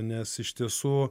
nes iš tiesų